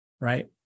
right